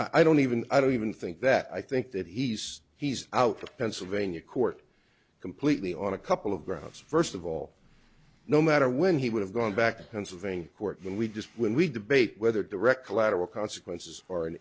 well i don't even i don't even think that i think that he's he's out of pennsylvania court completely on a couple of grams first of all no matter when he would have gone back to pennsylvania court when we just when we debate whether direct collateral consequences are an